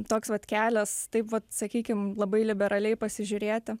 toks vat kelias taip vat sakykim labai liberaliai pasižiūrėti